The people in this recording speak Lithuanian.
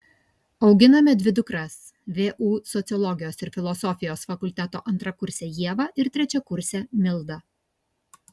auginame dvi dukras vu sociologijos ir filosofijos fakulteto antrakursę ievą ir trečiakursę mildą